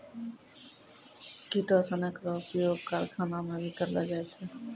किटोसनक रो उपयोग करखाना मे भी करलो जाय छै